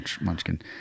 munchkin